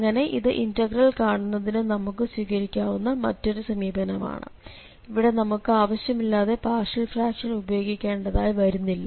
അങ്ങനെ ഇത് ഇന്റഗ്രൽ കാണുന്നതിനു നമുക്ക് സ്വീകരിക്കാവുന്ന മറ്റൊരു സമീപനമാണ് ഇവിടെ നമുക്ക് ആവശ്യമില്ലാതെ പാർഷ്യൽ ഫ്രാക്ഷൻ ഉപയോഗിക്കേണ്ടതായി വരുന്നില്ല